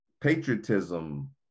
Patriotism